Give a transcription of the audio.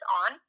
on